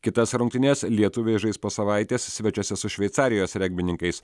kitas rungtynes lietuviai žais po savaitės svečiuose su šveicarijos regbininkais